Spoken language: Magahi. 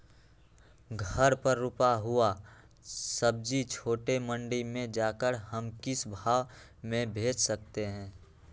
घर पर रूपा हुआ सब्जी छोटे मंडी में जाकर हम किस भाव में भेज सकते हैं?